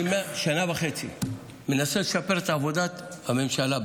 אני שנה וחצי אני מנסה לשפר את עבודת הממשלה,